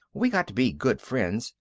we got to be good friends.